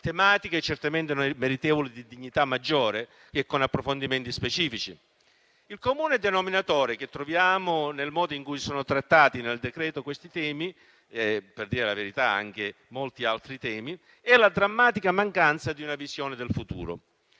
tematiche certamente meritevoli di dignità maggiore e approfondimenti specifici. Il comune denominatore che troviamo nel modo in cui sono trattati nel decreto questi temi (per dire la verità anche molti altri temi) è la drammatica mancanza di una visione del futuro.